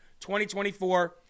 2024